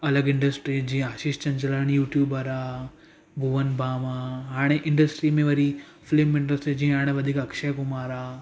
अलॻि इंडस्ट्री जीअं आशीष चंचलानी यूटयूबर आहे भुवन बाम आ हाणे इंडस्ट्री में वरी फिल्म इंडस्ट्री जीअं हाणे वधीक अक्षय कुमार आहे